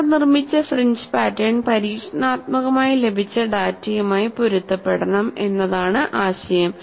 പുനർനിർമ്മിച്ച fringe pattern പരീക്ഷണാത്മകമായി ലഭിച്ച ഡാറ്റയുമായി പൊരുത്തപ്പെടണം എന്നതാണ് ആശയം